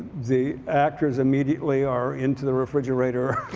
the actors immediately are into the refrigerator.